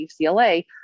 UCLA